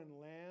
land